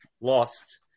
lost